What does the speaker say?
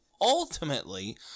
ultimately